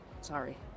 Sorry